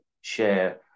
share